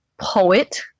poet